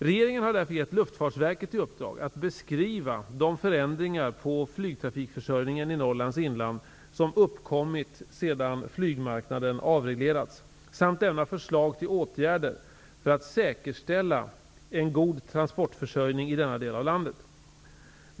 Regeringen har därför givit Luftfartsverket i uppdrag att beskriva de förändringar i flygtrafikförsörjningen i Norrlands inland som uppkommit sedan flygmarknaden avreglerades samt lämna förslag till åtgärder för att säkerställa en god transportförsörjning i denna del av landet.